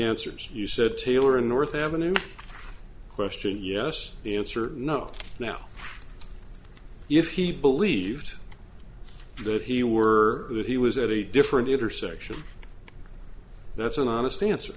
answers you said taylor in north avenue question yes the answer no now if he believed that he were who he was at a different intersection that's an honest answer